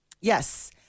Yes